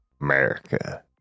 America